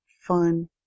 fun